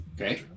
Okay